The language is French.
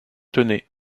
tenay